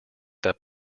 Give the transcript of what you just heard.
that